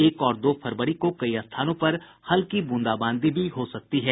एक और दो फरवरी को कई स्थानों पर हल्की बूंदाबांदी भी हो सकती है